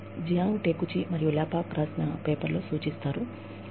ఇది Jiang Takeuchi మరియు Lepak రాసిన పేపర్లో సూచిస్తారు